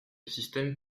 système